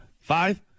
Five